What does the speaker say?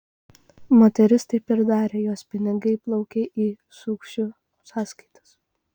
moteris taip ir darė jos pinigai plaukė į sukčių sąskaitas